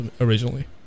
originally